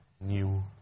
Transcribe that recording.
new